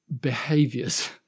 behaviors